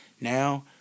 Now